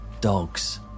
dogs